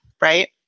right